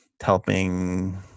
helping